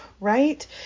right